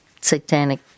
satanic